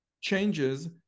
changes